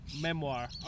memoir